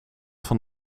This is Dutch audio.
van